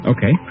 Okay